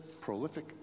prolific